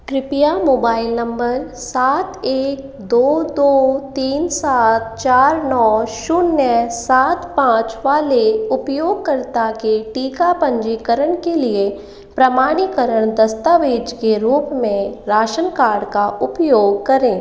कृपया mobile number सात एक दो दो तीन सात चार नौ शून्य सात पाँच वाले उपयोगकर्ता के टीका पंजीकरण के लिए प्रमाणीकरण दस्तावेज़ के रूप में राशन कार्ड का उपयोग करें